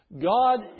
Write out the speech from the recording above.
God